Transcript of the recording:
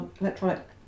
electronic